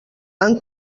han